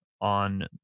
on